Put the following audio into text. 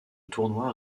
tournoi